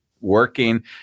working